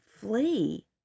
flee